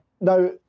Now